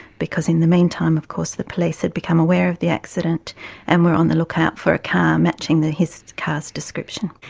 because in the meantime of course the police had become aware of the accident and were on the lookout for a car matching his car's description.